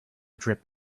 drip